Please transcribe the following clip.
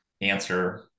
answer